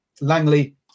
Langley